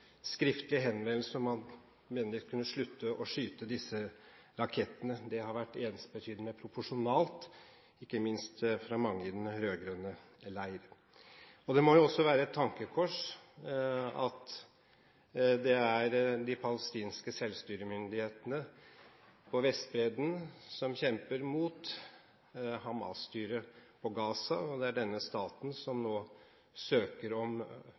skriftlig henvendelse om man vennligst kunne slutte å skyte disse rakettene. Det har vært ensbetydende med proporsjonalt, ikke minst fra mange i den rød-grønne leir. Det må også være et tankekors at det er de palestinske selvstyremyndighetene på Vestbredden som kjemper mot Hamas-styret i Gaza, og at det er denne staten som nå søker om